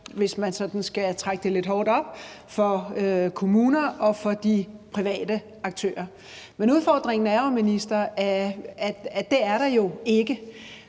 sådan skal trække det lidt hårdt op – for kommuner og for private aktører. Men udfordringen er jo, minister, at det er der ikke.